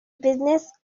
business